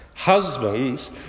Husbands